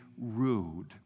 rude